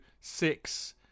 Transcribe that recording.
six